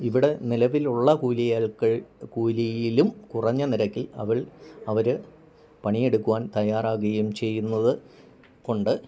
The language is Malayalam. ഇവിടെ നിലവിലുള്ള കൂലിയിലും കുറഞ്ഞ നിരക്കിൽ അവര് പണിയെടുക്കുവാൻ തയ്യാറാകുകയും ചെയ്യുന്നത് കൊണ്ട്